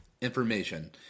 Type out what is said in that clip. information